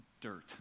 dirt